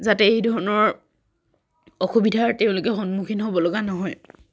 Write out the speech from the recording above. যাতে এই ধৰণৰ অসুবিধাৰ তেওঁলোকে সন্মুখীন হ'ব লগা নহয়